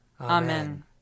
Amen